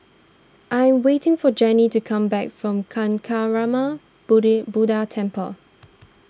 I am waiting for Jenny to come back from Kancanarama budy Buddha Temple